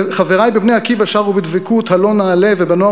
חברי ב"בני עקיבא" שרו בדבקות: "עלה נעלה" וב"נוער